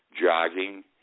jogging